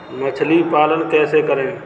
मछली पालन कैसे करें?